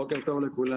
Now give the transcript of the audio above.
בוקר טוב לכולם.